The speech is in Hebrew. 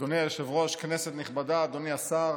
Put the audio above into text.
אדוני היושב-ראש, כנסת נכבדה, אדוני השר,